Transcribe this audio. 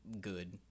good